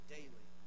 Daily